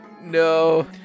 No